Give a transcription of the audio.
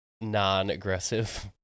non-aggressive